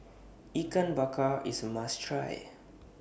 Ikan Bakar IS must Try